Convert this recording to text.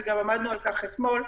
וגם עמדנו על כך אתמול,